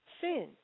Sin